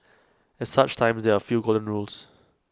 at such times there are A few golden rules